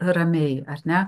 ramiai ar ne